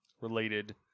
related